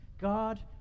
God